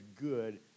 good